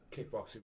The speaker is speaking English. kickboxing